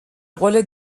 قول